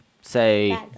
say